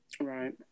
Right